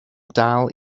dal